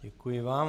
Děkuji vám.